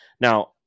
Now